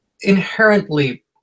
inherently